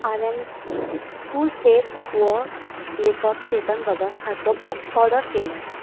हांवेंन two states हो लेखक चेतन भगत हाचो बूक ऑर्डर केलो